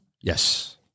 Yes